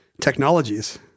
technologies